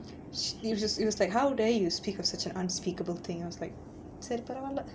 it was it was like how dare you speak of such an unspeakable thing I was like சரி பரவால:sari paravaala